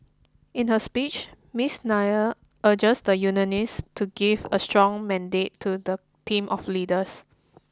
in her speech Miss Nair urged the unionists to give a strong mandate to the team of leaders